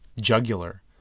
jugular